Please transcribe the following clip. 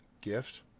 gift